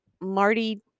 Marty